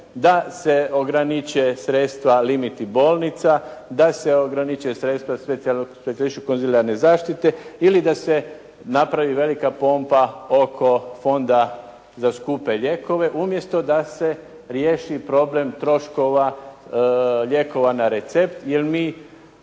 da se ograniče sredstva limiti bolnica, da se ograniče sredstva … /Ne razumije se./ … zaštite ili da se napravi velika pompa oko Fonda za skupe lijekove umjesto da se riješi problem troškova lijekova na recept jer mi